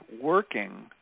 working